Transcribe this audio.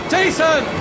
Jason